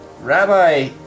rabbi